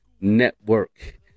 network